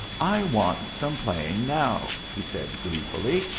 i want some playing now, he said gleefully,